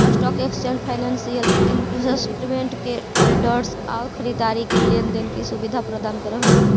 stock exchange financial instrument के traders आउ खरीदार के लेन देन के सुविधा प्रदान करऽ हइ